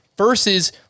versus